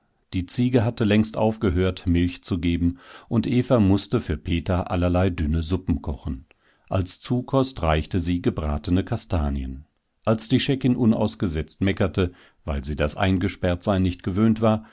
die ziege hatte längst aufgehört milch zu geben und eva mußte für peter allerlei dünne suppen kochen als zukost reichte sie gebratene kastanien als die scheckin unausgesetzt meckerte weil sie das eingesperrtsein nicht gewöhnt war